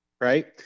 right